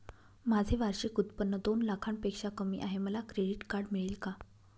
माझे वार्षिक उत्त्पन्न दोन लाखांपेक्षा कमी आहे, मला क्रेडिट कार्ड मिळेल का?